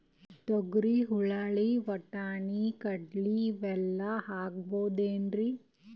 ತೊಗರಿ, ಹುರಳಿ, ವಟ್ಟಣಿ, ಕಡಲಿ ಇವೆಲ್ಲಾ ಹಾಕಬಹುದೇನ್ರಿ?